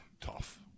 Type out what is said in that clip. tough